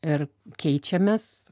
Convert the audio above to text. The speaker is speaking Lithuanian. ir keičiamės